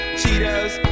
cheetos